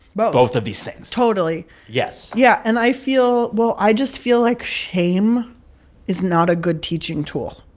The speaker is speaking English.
but both of these things totally yes yeah. and i feel well, i just feel like shame is not a good teaching tool.